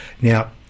Now